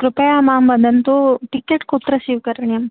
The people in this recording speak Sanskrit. कृपया मां वदन्तु टीकेट् कुत्र स्वीकरणीयं